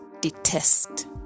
detest